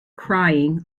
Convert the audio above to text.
crying